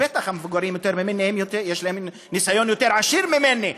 בטח המבוגרים יותר ממני יש להם ניסיון עשיר יותר ממני,